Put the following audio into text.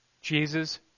Jesus